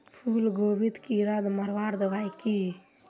फूलगोभीत कीड़ा मारवार दबाई की?